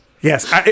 Yes